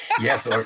Yes